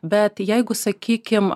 bet jeigu sakykim